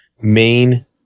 main